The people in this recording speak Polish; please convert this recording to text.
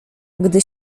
gdy